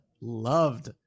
loved